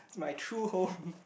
my true home